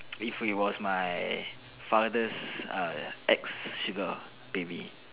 if it was my father's err ex sugar baby